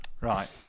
Right